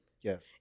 yes